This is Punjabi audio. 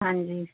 ਹਾਂਜੀ